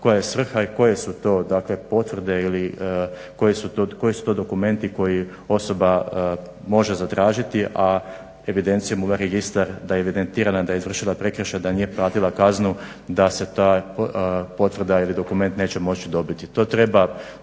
koja je svrha i koje su to dakle potvrde ili koji su to dokumenti koje osoba može zatražiti a evidencijom u ovaj registar da je evidentirana da je izvršila prekršaj, da nije platila kaznu da se ta potvrda ili dokument neće moći dobiti.